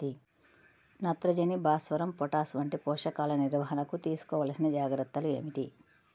నత్రజని, భాస్వరం, పొటాష్ వంటి పోషకాల నిర్వహణకు తీసుకోవలసిన జాగ్రత్తలు ఏమిటీ?